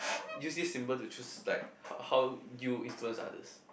use this symbol to choose like how you influence others